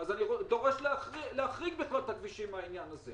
אני דורש להחריג את הכבישים מהעניין הזה.